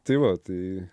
tai va tai